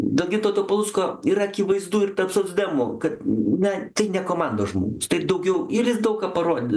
dėl gintauto palucko yra akivaizdu ir tarp socdemų kad ne tai ne komandos žmo tai daugiau ir jis daug ką parod